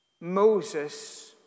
Moses